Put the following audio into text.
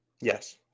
Yes